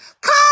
call